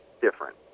different